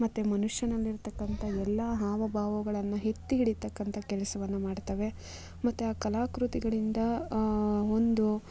ಮತ್ತು ಮನುಷ್ಯನಲ್ಲಿರ್ತಕ್ಕಂಥ ಎಲ್ಲ ಹಾವ ಭಾವಗಳನ್ನು ಎತ್ತಿ ಹಿಡಿಯತ್ತಕ್ಕಂಥ ಕೆಲಸವನ್ನು ಮಾಡ್ತವೆ ಮತ್ತೆ ಆ ಕಲಾಕೃತಿಗಳಿಂದ ಒಂದು